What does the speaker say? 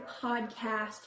podcast